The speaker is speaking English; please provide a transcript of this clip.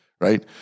Right